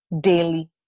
daily